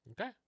Okay